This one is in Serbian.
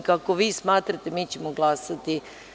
Ali, ako vi smatrate, mi ćemo glasati?